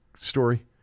story